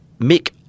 Mick